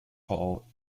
hall